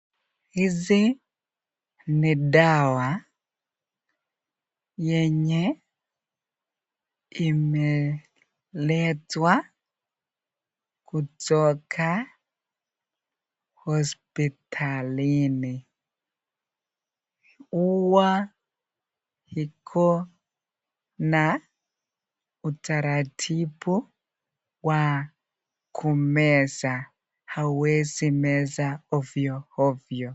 Hizi ni dawa yenye imeletwa kutoka hospitalini. Huwa iko na utaratibu wa kumeza, hauwezi meza ovyo ovyo.